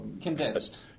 Condensed